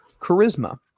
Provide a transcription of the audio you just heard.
charisma